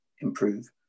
improve